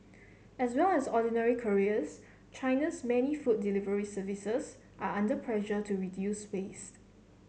as well as ordinary couriers China's many food delivery services are under pressure to reduce waste